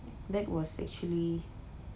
that was actually